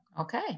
Okay